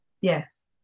yes